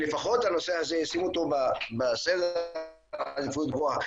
שלפחות את הנושא הזה ישימו בסדר עדיפות גבוה.